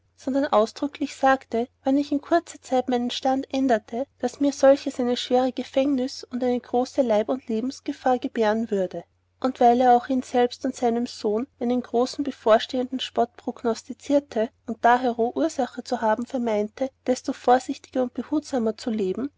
sondern ausdrücklich sagte wann ich in kurzer zeit meinen stand änderte daß mir solches eine schwere gefängnüs und große leib und lebensgefahr gebären würde und weil er auch ihm selbst und seinem sohn einen großen bevorstehenden spott prognostizierte und dahero ursache zu haben vermeinete desto vorsichtiger und behutsamer zu leben